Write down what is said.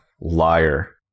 liar